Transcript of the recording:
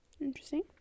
Interesting